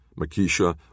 Makisha